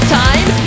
time